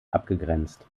abgegrenzt